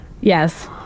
Yes